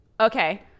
Okay